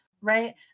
right